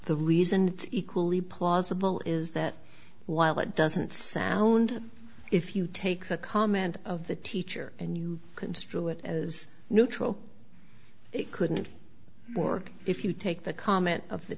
the reason equally plausible is that while it doesn't sound if you take the comment of the teacher and you construe it as neutral it couldn't work if you take the comment of the